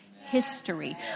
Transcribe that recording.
history